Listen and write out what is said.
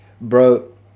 Bro